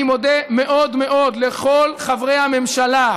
אני מודה מאוד מאוד לכל חברי הממשלה,